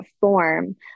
form